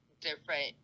different